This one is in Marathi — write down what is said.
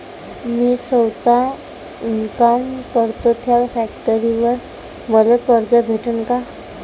मी सौता इनकाम करतो थ्या फॅक्टरीवर मले कर्ज भेटन का?